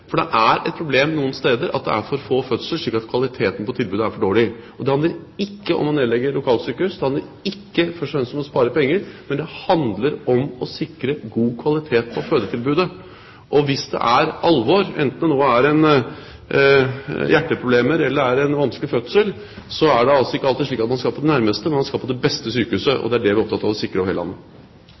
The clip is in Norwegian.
For det er et problem noen steder at det er for få fødsler slik at kvaliteten på tilbudet er for dårlig. Det handler ikke om å nedlegge lokalsykehus, det handler ikke først og fremst om å spare penger, men det handler om å sikre god kvalitet på fødetilbudet. Hvis det er alvor, enten det nå er hjerteproblemer eller en vanskelig fødsel, er det ikke alltid slik at man skal på det nærmeste sykehuset, man skal på det beste sykehuset. Det er det vi er opptatt av å sikre over hele landet.